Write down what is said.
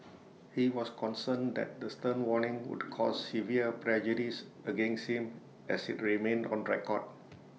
he was concerned that the stern warning would cause severe prejudice against him as IT remained on record